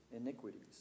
iniquities